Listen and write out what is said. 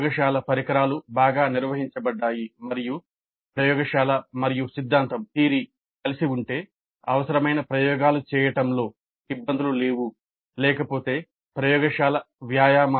ప్రయోగశాల పరికరాలు బాగా నిర్వహించబడ్డాయి మరియు ప్రయోగశాల మరియు సిద్ధాంతం సంబంధించిన ఇతర సమస్యలు కూడా ఉన్నాయి